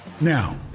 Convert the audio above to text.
Now